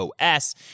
OS